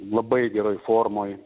labai geroj formoj